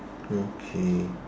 okay